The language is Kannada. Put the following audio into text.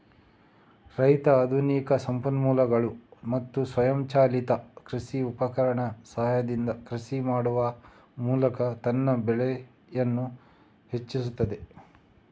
ರೈತ ಆಧುನಿಕ ಸಂಪನ್ಮೂಲಗಳು ಮತ್ತು ಸ್ವಯಂಚಾಲಿತ ಕೃಷಿ ಉಪಕರಣಗಳ ಸಹಾಯದಿಂದ ಕೃಷಿ ಮಾಡುವ ಮೂಲಕ ತನ್ನ ಬೆಳೆಯನ್ನು ಹೆಚ್ಚಿಸುತ್ತಾನೆ